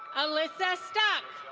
alyssa stuck.